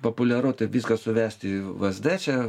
populiaru taip viską suvesti į vsd čia